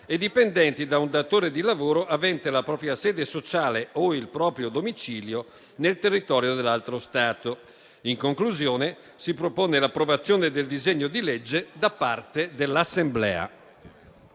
e dipendenti da un datore di lavoro avente la propria sede sociale o il proprio domicilio nel territorio dell'altro Stato. In conclusione, si propone l'approvazione del disegno di legge da parte dell'Assemblea.